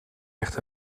ligt